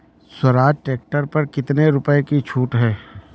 Swaraj tractor पर कितनी रुपये की छूट है?